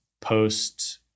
post